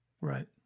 right